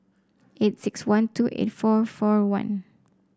eight six one two eight four four one